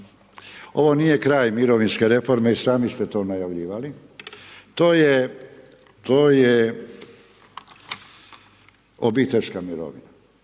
Ovo nije kraj mirovinske reforme i sami ste to najavljivali, to je obiteljska mirovina,